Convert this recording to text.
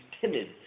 timid